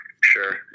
Sure